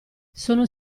sono